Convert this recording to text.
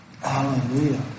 Hallelujah